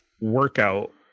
workout